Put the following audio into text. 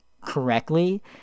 correctly